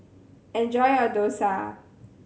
enjoy your Dosa